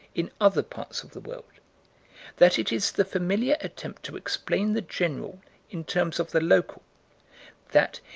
in other parts of the world that it is the familiar attempt to explain the general in terms of the local that,